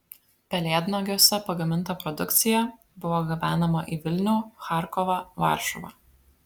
pelėdnagiuose pagaminta produkcija buvo gabenama į vilnių charkovą varšuvą